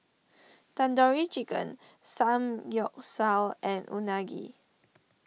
Tandoori Chicken Samgyeopsal and Unagi